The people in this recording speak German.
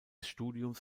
studiums